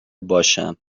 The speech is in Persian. باشم